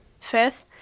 fifth